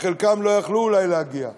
חלקם לא יכלו אולי להגיע,